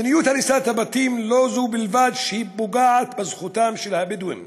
מדיניות הריסת הבתים לא זו בלבד שהיא פוגעת בזכותם של הבדואים